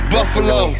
Buffalo